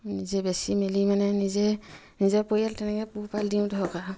নিজে বেচি মেলি মানে নিজে নিজে পৰিয়াল তেনেকৈ পোহপাল দিওঁ ধৰক আৰু